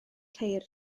ceir